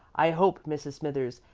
i hope, mrs. smithers,